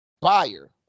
Buyer